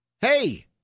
Hey